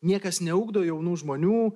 niekas neugdo jaunų žmonių